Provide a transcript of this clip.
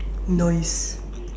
nice